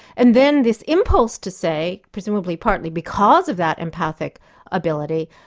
and then this impulse to say, presumably partly because of that empathic ability,